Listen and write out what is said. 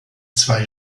zwei